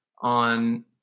on